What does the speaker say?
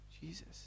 Jesus